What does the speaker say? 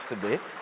today